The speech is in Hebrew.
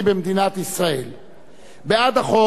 בעד החוק הצביעו 20 חברי כנסת,